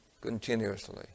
continuously